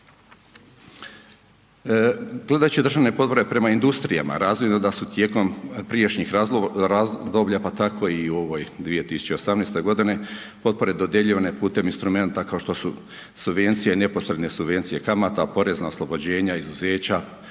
Gledajući državne potpore prema industrijama razvidno je da su tijekom prijašnjih razdoblja pa tako i u ovoj 2018. godini potpore dodjeljivane putem instrumenata kao što su subvencije i neposredne subvencije kamata, porezna oslobođenja, izuzeća,